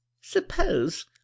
suppose